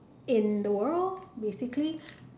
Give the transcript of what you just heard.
in the world basically